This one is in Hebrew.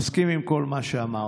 אני מסכים עם כל מה שאמרת.